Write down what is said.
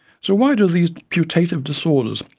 so why do these putative disorders,